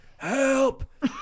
help